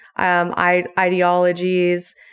ideologies